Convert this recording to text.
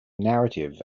narrative